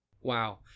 Wow